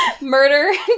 murder